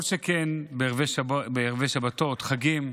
כל שכן בערבי שבתות, חגים.